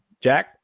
Jack